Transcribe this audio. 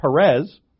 Perez